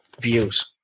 views